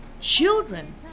Children